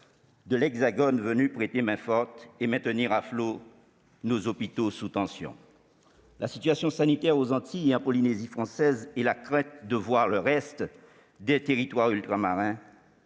de l'Hexagone venus nous prêter main-forte et maintenir à flot nos hôpitaux sous tension. La situation sanitaire aux Antilles et en Polynésie française et la crainte de voir basculer le reste des territoires ultramarins